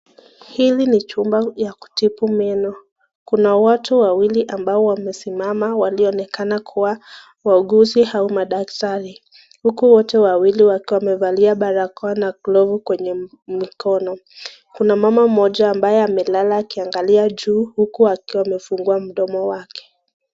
Hili ni chumba ya kutibu meno. Kuna watu wawili wamesimama walionekana kua wauguzi au madaktari, huku wote wawili wakiwa wamevalia barakoa na glovu kwa mkono. Kuna mama mmoja ambaye amelala akiangalia juu huku akiwa amefungua mdomo wake.